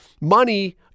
money